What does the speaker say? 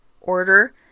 order